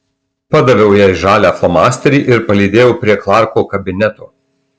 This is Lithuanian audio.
padaviau jai žalią flomasterį ir palydėjau prie klarko kabineto